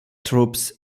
troops